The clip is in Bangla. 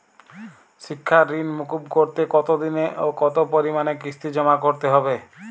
শিক্ষার ঋণ মুকুব করতে কতোদিনে ও কতো পরিমাণে কিস্তি জমা করতে হবে?